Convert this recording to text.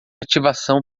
ativação